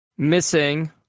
Missing